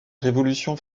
révolution